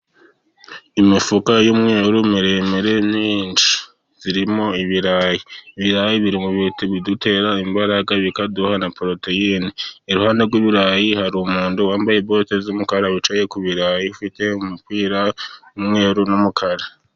Imifuka y'umweru miremire myinshi irimo ibirayi. Ibirayi biri mu bidutera imbaraga bikaduha na poroteyine, iruhande rw'ibirayi hari umuntu wambaye bote z'umukara wicaye ku birayi ifite umupira w'umweru n'umukara.